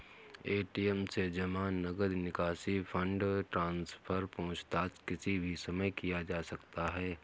ATM से जमा, नकद निकासी, फण्ड ट्रान्सफर, पूछताछ किसी भी समय किया जा सकता है